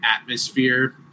atmosphere